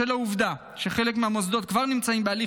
בשל העובדה שחלק מהמוסדות כבר נמצאים בהליך